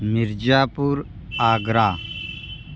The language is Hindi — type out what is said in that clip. मिर्ज़ापुर आगरा